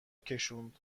کشوند